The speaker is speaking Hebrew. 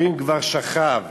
אומרים כבר שכב/